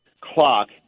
clock